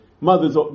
mothers